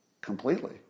Completely